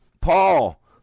Paul